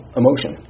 emotion